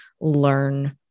learn